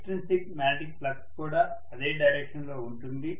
extrinsic magnetic flux కూడా అదే direction లో ఉంటుంది